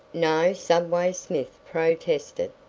no, subway smith protested,